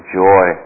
joy